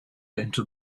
into